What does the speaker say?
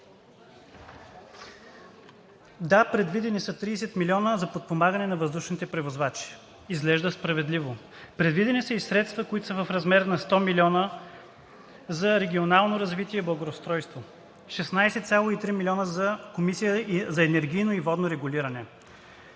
Да, предвидени са 30 милиона за подпомагане на въздушните превозвачи – изглежда справедливо. Предвидени са и средства, които са в размер на 100 милиона за регионално развитие и благоустройство, 16,3 милиона за Комисията за енергийно и водно регулиране.